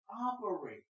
operate